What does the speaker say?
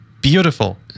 beautiful